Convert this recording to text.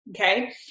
Okay